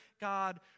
God